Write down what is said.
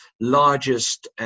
largest